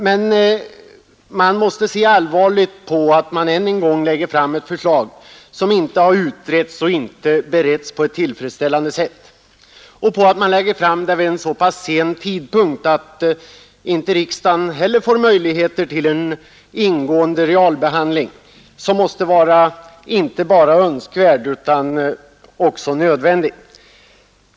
Men man måste se allvarligt på att regeringen än en gång lägger fram ett förslag som inte tillfredsställande utretts och beretts och på att den lägger fram det vid så sen tidpunkt att riksdagen inte heller får möjligheter till den ingående realbehandling som måste anses inte bara önskvärd utan också nödvändig.